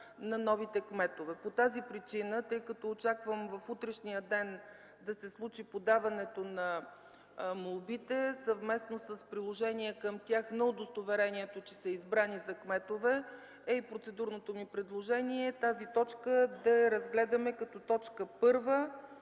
на новите кметове. По тази причина, тъй като очаквам в утрешния ден да стане подаването на молбите с приложено към тях удостоверение, че са избрани за кметове, е и процедурното ми предложение точка шеста да я разгледаме като точка първа